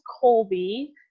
Colby